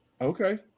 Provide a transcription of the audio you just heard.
Okay